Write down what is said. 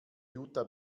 jutta